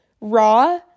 raw